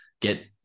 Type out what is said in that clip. get